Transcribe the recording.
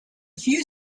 few